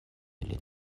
ilin